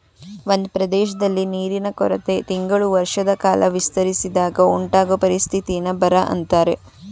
ಒಂದ್ ಪ್ರದೇಶ್ದಲ್ಲಿ ನೀರಿನ ಕೊರತೆ ತಿಂಗಳು ವರ್ಷದಕಾಲ ವಿಸ್ತರಿಸಿದಾಗ ಉಂಟಾಗೊ ಪರಿಸ್ಥಿತಿನ ಬರ ಅಂತಾರೆ